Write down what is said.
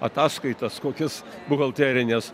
ataskaitas kokias buhalterines